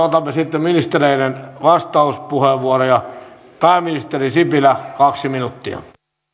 otamme sitten ministereiden vastauspuheenvuoroja pääministeri sipilä kaksi minuuttia